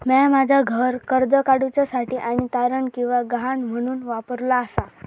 म्या माझा घर कर्ज काडुच्या साठी तारण किंवा गहाण म्हणून वापरलो आसा